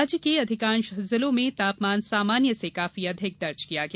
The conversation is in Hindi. राज्य के अधिकांश जिलों में तापमान सामान्य से काफी अधिक दर्ज किया गया